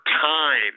time